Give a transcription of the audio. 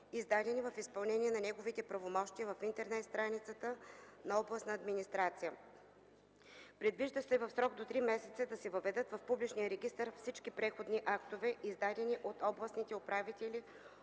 издадени в изпълнение на неговите правомощия в интернет страницата на областната администрация. Предвижда се в срок до три месеца да се въведат в публичния регистър всички предходни актове, издадени от областните управители